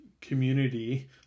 community